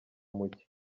muke